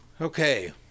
Okay